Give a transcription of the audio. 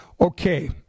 Okay